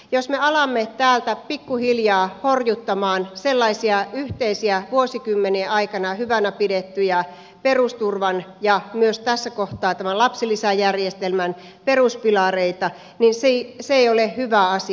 jos me alamme täältä pikkuhiljaa horjuttamaan sellaisia yhteisiä vuosikymmenien ajan hyvänä pidettyjä perusturvan ja myös tässä kohtaa tämän lapsilisäjärjestelmän peruspilareita niin se ei ole hyvä asia